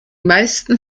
meisten